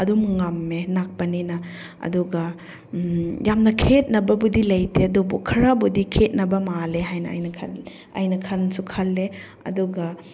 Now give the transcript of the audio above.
ꯑꯗꯨꯝ ꯉꯝꯃꯦ ꯅꯛꯄꯅꯤꯅ ꯑꯗꯨꯒ ꯌꯥꯝꯅ ꯈꯦꯠꯅꯕꯕꯨꯗꯤ ꯂꯩꯇꯦ ꯑꯗꯨꯕꯨ ꯈꯔꯕꯨꯗꯤ ꯈꯦꯠꯅꯕ ꯃꯥꯜꯂꯦ ꯍꯥꯏꯅ ꯑꯩꯅ ꯈꯜꯂꯦ ꯑꯩꯅ ꯈꯟꯁꯨ ꯈꯜꯂꯦ ꯑꯗꯨꯒ